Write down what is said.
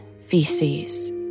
feces